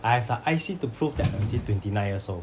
I have the I_C to prove that I'm actually twenty nine years old